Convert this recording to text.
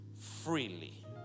freely